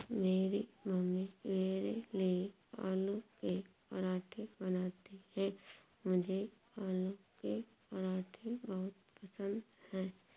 मेरी मम्मी मेरे लिए आलू के पराठे बनाती हैं मुझे आलू के पराठे बहुत पसंद है